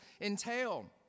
entail